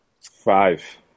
Five